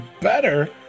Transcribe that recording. better